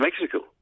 Mexico